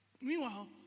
meanwhile